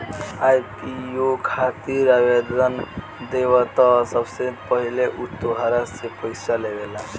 IPO खातिर आवेदन देबऽ त सबसे पहिले उ तोहरा से पइसा लेबेला